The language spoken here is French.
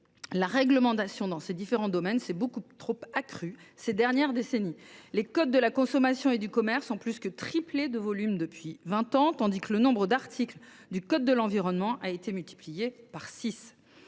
la réglementation dans ces différents domaines s’est beaucoup trop accrue ces dernières décennies. Le code de la consommation et le code de commerce ont plus que triplé de volume depuis vingt ans, tandis que le nombre d’articles du code de l’environnement a été multiplié par